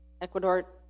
Ecuador